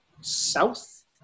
south